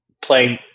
playing